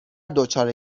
دچار